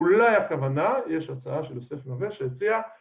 ‫אולי הכוונה, ‫יש הצעה של יוסף נווה שהציע...